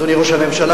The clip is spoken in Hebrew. אדוני ראש הממשלה,